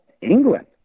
England